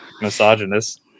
misogynist